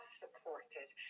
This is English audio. supported